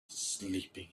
sleeping